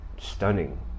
Stunning